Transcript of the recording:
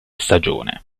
stagione